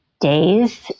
days